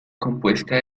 compuesta